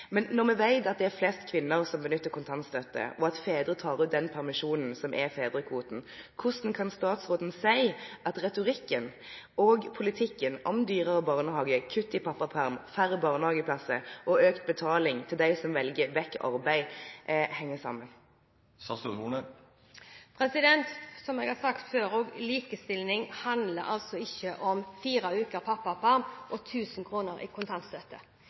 Men når vi vet at det er flest kvinner som benytter seg av kontantstøtte, og at fedre tar ut den permisjonen som utgjør fedrekvoten, hvordan kan statsråden si at retorikken om og politikken for dyrere barnehage, kutt i pappaperm, færre barnehageplasser og økt betaling til dem som velger vekk arbeid, henger sammen? Som jeg har sagt tidligere: Likestilling handler ikke om fire uker pappaperm og 1 000 kr mer i kontantstøtte.